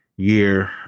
year